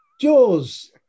Jaws